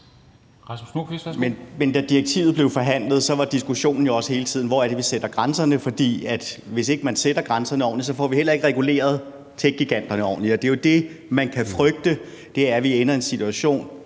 Men da direktivet blev forhandlet, var diskussionen jo også hele tiden: Hvor er det, vi sætter grænserne? For hvis ikke man sætter grænserne ordentligt, får vi heller ikke reguleret tech-giganterne ordentligt. Det er jo det, man kan frygte, nemlig at vi ender i en situation